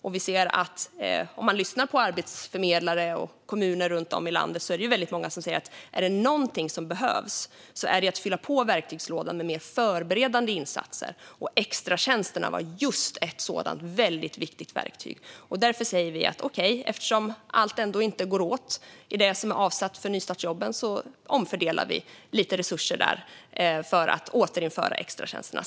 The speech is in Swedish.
Och om man lyssnar på arbetsförmedlare och kommuner runt om i landet är det väldigt många som säger att om det är någonting som behövs är det att verktygslådan fylls på med mer förberedande insatser, och extratjänsterna var just ett sådant väldigt viktigt verktyg. Därför säger vi att eftersom allt ändå inte går åt av det som är avsatt för nystartsjobben omfördelar vi lite resurser där för att återinföra extratjänsterna.